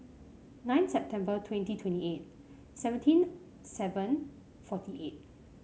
nine September twenty twenty eight seventeen seven forty eight